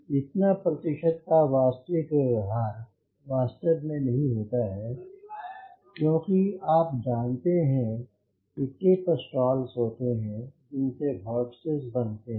इतना प्रतिशत का वास्तविक व्यवहार वास्तव में नहीं होता है क्योंकि आप जानते हैं कि टिप स्टाल्स होते हैं जिनसे वोरटिसस बनते हैं